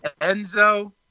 Enzo